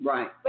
Right